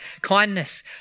kindness